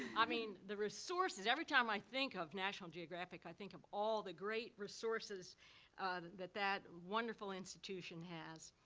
i mean, the resources. every time i think of national geographic, i think of all the great resources that that wonderful institution has.